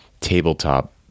tabletop